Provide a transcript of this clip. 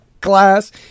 class